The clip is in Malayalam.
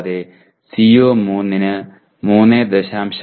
കൂടാതെ CO3 ന് 3